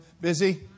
Busy